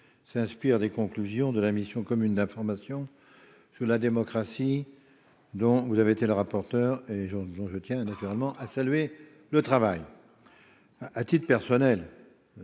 s'inspire des conclusions de la mission commune d'information sur la démocratie, dont vous avez été le rapporteur, mon cher collègue, et dont je tiens ici à saluer le travail. À titre personnel,